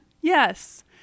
Yes